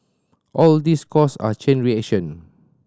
all these cause a chain reaction